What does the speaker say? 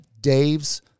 Dave's